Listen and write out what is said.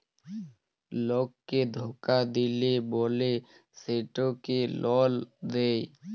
লককে ধকা দিল্যে বল্যে সেটকে লল দেঁয়